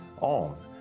on